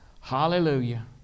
Hallelujah